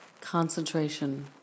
concentration